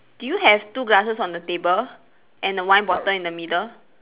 do you have two glasses on the table and a wine bottle in the middle